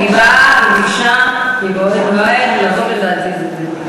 היא באה וביקשה מבעוד מועד לבוא ולהגיד את זה.